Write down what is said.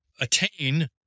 attain